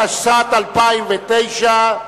התשס"ט 2009,